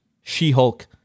She-Hulk